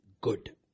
good